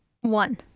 One